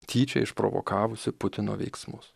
tyčia išprovokavusi putino veiksmus